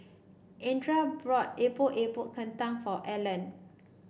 Andrea brought Epok Epok Kentang for Allen